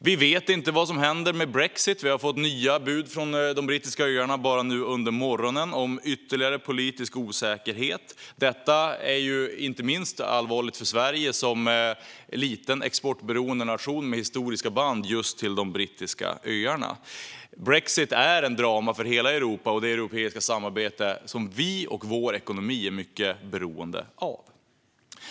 Vi vet inte vad som händer med brexit. Vi har nu under morgonen fått nya bud från de brittiska öarna om ytterligare politisk osäkerhet. Detta är inte minst allvarligt för Sverige som liten, exportberoende nation med historiska band just till de brittiska öarna. Brexit är ett drama för hela Europa och det europeiska samarbete som vi och vår ekonomi är mycket beroende av.